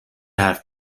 حرف